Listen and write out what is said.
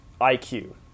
IQ